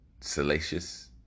salacious